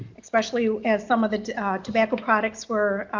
especially as some of the tobacco products were